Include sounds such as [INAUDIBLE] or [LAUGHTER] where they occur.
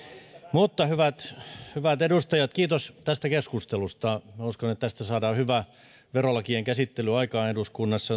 mutta hyvät hyvät edustajat kiitos tästä keskustelusta minä uskon että tästä saadaan aikaan hyvä verolakien käsittely eduskunnassa [UNINTELLIGIBLE]